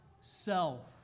self